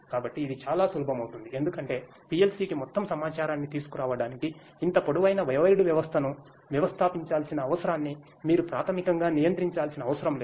కాబట్టి ఇది చాలా సులభమవుతుంది ఎందుకంటే PLCకి మొత్తం సమాచారాన్ని తీసుకురావడానికి ఇంత పొడవైన వైర్డు వ్యవస్థను వ్యవస్థాపించాల్సిన అవసరాన్ని మీరు ప్రాథమికంగా నియంత్రించాల్సిన అవసరం లేదు